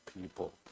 people